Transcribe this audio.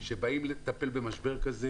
כשבאים לטפל במשבר כזה